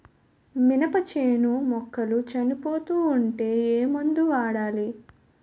మినప చేను మొక్కలు చనిపోతూ ఉంటే ఏమందు వాడాలి?